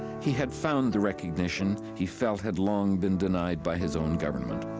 he had found the recognition he felt had long been denied by his own government.